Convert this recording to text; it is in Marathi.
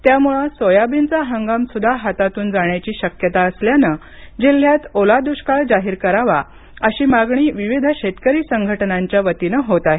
त्यामुळे सोयाबीनचा हंगाम सुद्धा हातातून जाण्याची शक्यता असल्याने जिल्ह्यात ओला दुष्काळ जाहीर करावा अशी मागणी विविध शेतकरी संघटनेच्या वतीनं होत आहे